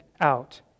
out